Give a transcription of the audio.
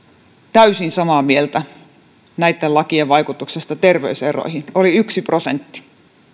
täysin samaa mieltä näitten lakien vaikutuksesta terveyseroihin oli yksi prosentti